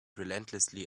relentlessly